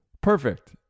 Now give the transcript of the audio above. Perfect